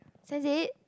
Sense Eight